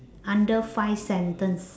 under five sentence